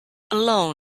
alone